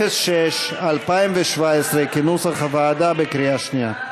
06, 2017, כנוסח הוועדה, בקריאה שנייה.